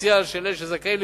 הפוטנציאל של האיש הזכאי לקבל.